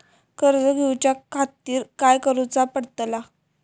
कर्ज घेऊच्या खातीर काय करुचा पडतला?